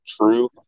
true